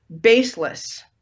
baseless